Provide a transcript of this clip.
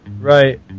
right